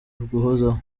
uguhozaho